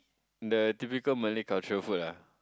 the typical Malay cultural food ah